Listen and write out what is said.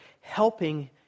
helping